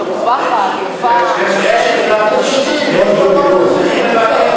מרווחת ויפה, אני לא שומע.